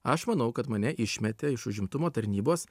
aš manau kad mane išmetė iš užimtumo tarnybos